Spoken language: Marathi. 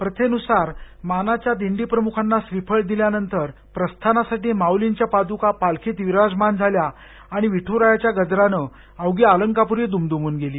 प्रथेनुसार मानाच्या दिंडी प्रम्खांना श्रीफळ दिल्यानंतर प्रस्थानासाठी माउलीच्या पाद्का पालखीत विजराजमान झाल्या आणि विठू रायाच्या गजरानं अवघी अलंकापुरी द्मद्मून गेली